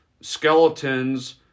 skeletons